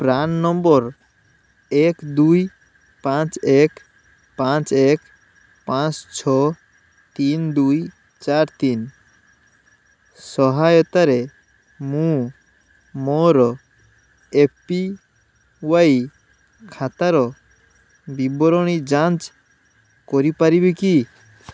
PRAN number ଏକ ଦୁଇ ପାଞ୍ଚ ଏକ ପାଞ୍ଚ ଏକ ପାଞ୍ଚ ଛଅ ତିନି ଦୁଇ ଚାରି ତିନି ସହାୟତାରେ ମୁଁ ମୋର ଏ ପି ୱାଇ ଖାତାର ବିବରଣୀ ଯାଞ୍ଚ କରିପାରିବି କି